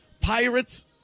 Pirates